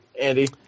Andy